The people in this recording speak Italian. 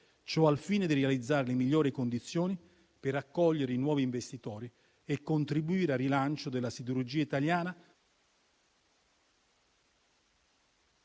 ciò al fine di realizzare le migliori condizioni per accogliere i nuovi investitori e contribuire al rilancio della siderurgia italiana.